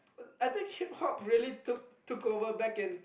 I think Hip-Hop really took took over back in